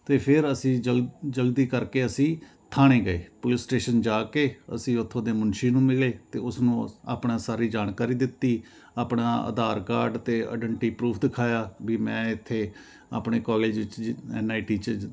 ਅਤੇ ਫਿਰ ਅਸੀਂ ਜ ਜਲਦੀ ਕਰਕੇ ਅਸੀਂ ਥਾਣੇ ਗਏ ਪੁਲਿਸ ਸਟੇਸ਼ਨ ਜਾ ਕੇ ਅਸੀਂ ਉੱਥੋਂ ਦੇ ਮੁਨਸ਼ੀ ਨੂੰ ਮਿਲੇ ਅਤੇ ਉਸਨੂੰ ਆਪਣਾ ਸਾਰੀ ਜਾਣਕਾਰੀ ਦਿੱਤੀ ਆਪਣਾ ਆਧਾਰ ਕਾਰਡ ਅਤੇ ਆਈਡੈਂਟੀ ਪਰੂਫ ਦਿਖਾਇਆ ਵੀ ਮੈਂ ਇੱਥੇ ਆਪਣੇ ਕਾਲਜ ਵਿੱਚ ਐਨ ਆਈ ਟੀਚਰ